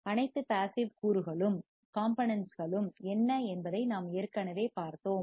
அனைத்து பாசிவ் கூறுகளும் பாசிவ் காம்போனென்ட்ஸ்களும் என்ன என்பதை நாம் ஏற்கனவே பார்த்தோம்